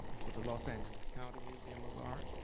for the los angeles county museum of art.